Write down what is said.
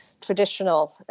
traditional